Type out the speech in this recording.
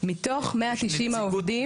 מתוך 190 העובדים.